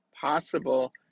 possible